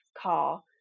car